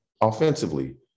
offensively